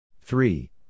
Three